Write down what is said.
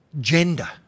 gender